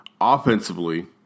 Offensively